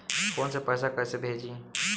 Phone से पैसा कैसे भेजी?